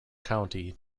county